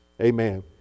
Amen